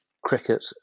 cricket